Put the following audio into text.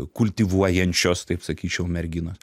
kultivuojančios taip sakyčiau merginos